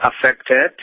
affected